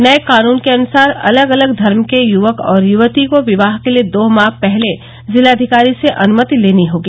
नये कानून के अनुसार अलग अलग धर्म के युवक और युवती को विवाह के लिये दो माह पहले जिलाधिकारी से अनुमति लेनी होगी